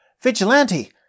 Vigilante